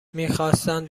میخواستند